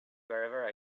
wherever